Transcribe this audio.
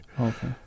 Okay